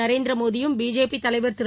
நரேந்திரமோடியும் பிஜேபி தலைவா் திரு